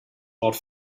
wort